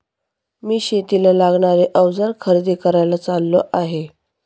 मी शेतीला लागणारे अवजार खरेदी करायला चाललो आहे